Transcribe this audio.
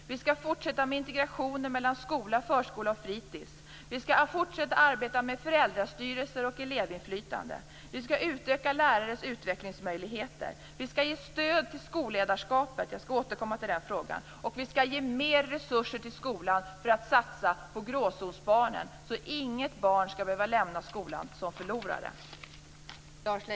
Vi skall fortsätta med integrationen mellan skola, förskola och fritis. Vi skall fortsätta att arbeta med föräldrastyrelser och elevinflytande. Vi skall utöka lärares utvecklingsmöjligheter. Vi skall ge stöd till skolledarskapet, jag skall återkomma till den frågan, och vi skall ge mer resurser till skolan för att satsa på gråzonsbarnen, så att inget barn skall behöva lämna skolan som förlorare.